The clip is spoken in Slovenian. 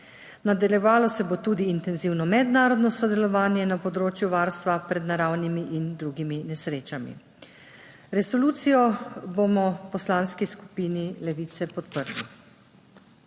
Nadaljevalo se bo tudi intenzivno mednarodno sodelovanje na področju varstva pred naravnimi in drugimi nesrečami. Resolucijo bomo v Poslanski skupini Levica podprli.